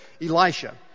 Elisha